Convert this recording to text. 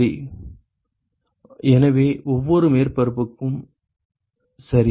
மாணவர் எனவே ஒவ்வொரு மேற்பரப்பும் சரி